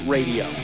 Radio